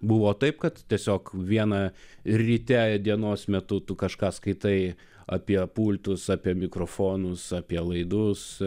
buvo taip kad tiesiog viena ryte dienos metu tu kažką skaitai apie pultus apie mikrofonus apie laidus